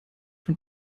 von